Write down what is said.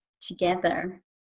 together